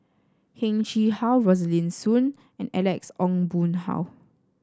Heng Chee How Rosaline Soon and Alex Ong Boon Hau